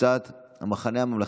קבוצת סיעת המחנה הממלכתי: